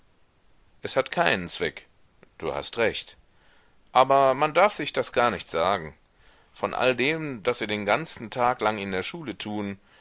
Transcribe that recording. es hat keinen zweck du hast recht aber man darf sich das gar nicht sagen von alldem das wir den ganzen tag lang in der schule tun